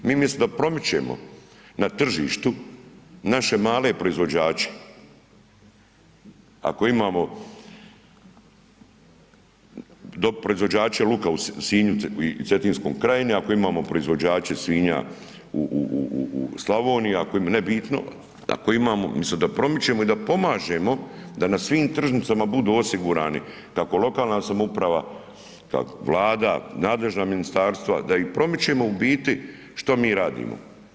Mi misto da promičemo na tržištu naše male proizvođače, ako imamo proizvođače luka u Sinju i Cetinskoj krajini, ako imamo proizvođače svinja u Slavoniji, ako, nebitno, ako imamo umisto da promičemo i da pomažemo da na svim tržnicama budu osigurani kako lokalna samouprava, Vlada, nadležna ministarstva da ih promičemo u biti, što mi radimo?